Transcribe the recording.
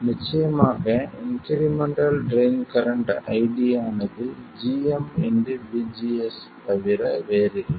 நிச்சயமாக incremental train current iD ஆனது gmVGS தவிர வேறில்லை